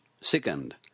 Second